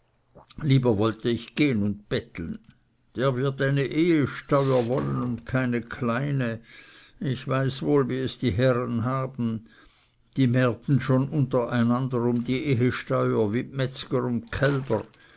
lieber wollte ich gehn und betteln der wird eine ehesteuer wollen und keine kleine ich weiß wohl wie es die herren haben die märten schon untereinander um die ehesteuer wie dmetzger um dkälber